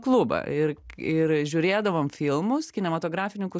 klubą ir ir žiūrėdavom filmus kinematografininkų